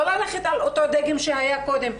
לא ללכת על אותו דגם שהיה קודם,